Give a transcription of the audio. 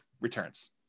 returns